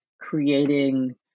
creating